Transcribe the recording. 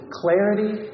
clarity